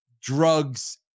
drugs